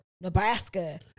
Nebraska